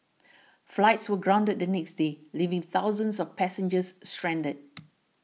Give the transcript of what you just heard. flights were grounded the next day leaving thousands of passengers stranded